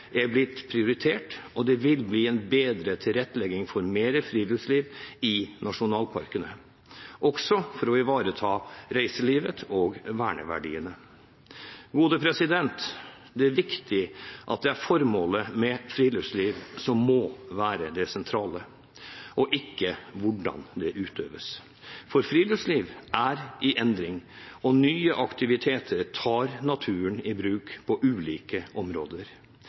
er blitt prioritert, og det vil bli en bedre tilrettelegging for mer friluftsliv i nasjonalparkene – også for å ivareta reiselivet og verneverdiene. Det er viktig at det er formålet med friluftsliv som må være det sentrale, og ikke hvordan det utøves. Friluftslivet er i endring, og nye aktiviteter tar naturen i bruk på ulike områder.